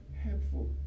helpful